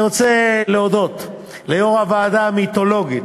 אני רוצה להודות ליושבת-ראש הוועדה המיתולוגית,